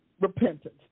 repentance